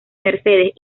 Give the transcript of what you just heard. mercedes